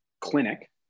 clinic